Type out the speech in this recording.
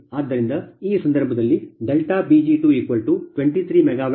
ಆದ್ದರಿಂದ ಆ ಸಂದರ್ಭದಲ್ಲಿ Pg223 MW ಮೆಗಾವ್ಯಾಟ್